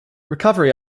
recovery